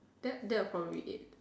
that that will probably it